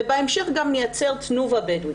ובהמשך גם נייצר תנובה בדואית.